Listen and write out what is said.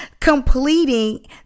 completing